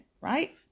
right